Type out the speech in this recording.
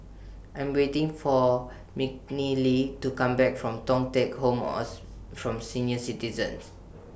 I Am waiting For to Come Back from Thong Teck Home from Senior Citizens